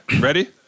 ready